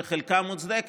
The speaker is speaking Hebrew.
שחלקה מוצדקת,